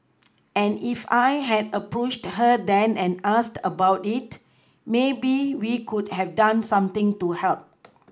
and if I had approached her then and asked about it maybe we could have done something to help